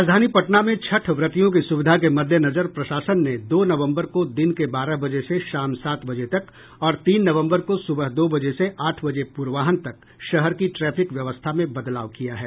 राजधानी पटना में छठ व्रतियों की सुविधा के मददेनजर प्रशासन ने दो नवम्बर को दिन के बारह बजे से शाम सात बजे तक और तीन नवम्बर को सुबह दो बजे से आठ बजे पूर्वाहन तक शहर की ट्रैफिक व्यवस्था में बदलाव किया है